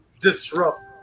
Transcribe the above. disrupt